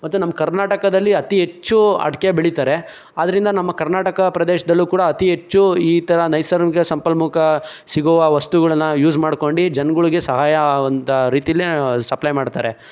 ಮತ್ತು ನಮ್ಮ ಕರ್ನಾಟಕದಲ್ಲಿ ಅತಿ ಹೆಚ್ಚು ಅಡಕೆ ಬೆಳಿತಾರೆ ಅದರಿಂದ ನಮ್ಮ ಕರ್ನಾಟಕ ಪ್ರದೇಶದಲ್ಲೂ ಕೂಡ ಅತಿ ಹೆಚ್ಚು ಈ ಥರ ನೈಸರ್ಗಿಕ ಸಂಪನ್ಮೂಕ ಸಿಗುವ ವಸ್ತುಗಳನ್ನ ಯೂಸ್ ಮಾಡ್ಕೊಂಡು ಜನ್ಗಳ್ಗೆ ಸಹಾಯವಂಥ ರೀತಿಯಲ್ಲೆ ಸಪ್ಲೈ ಮಾಡ್ತಾರೆ